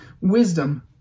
Wisdom